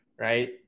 right